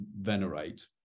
venerate